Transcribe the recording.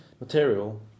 material